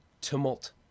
tumult